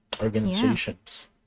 organizations